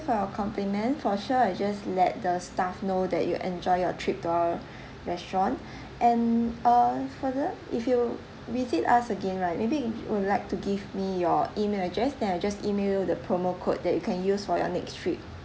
for your compliment for sure I just let the staff know that you enjoy your trip to our restaurant and uh further if you visit us again right maybe you would like to give me your email address then I just email the promo code that you can use for your next trip